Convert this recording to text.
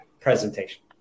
presentation